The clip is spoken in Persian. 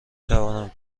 توانم